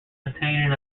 attaining